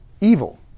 evil